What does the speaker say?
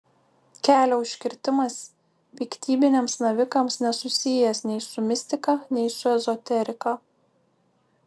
kelio užkirtimas piktybiniams navikams nesusijęs nei su mistika nei su ezoterika